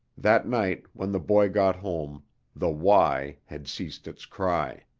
that night when the boy got home the why had ceased its cry.